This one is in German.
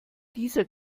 dieser